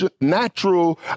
natural